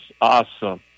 awesome